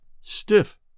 stiff